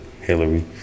Hillary